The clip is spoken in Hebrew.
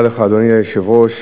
אדוני היושב-ראש,